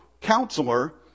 counselor